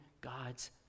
God's